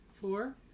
Four